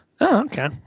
okay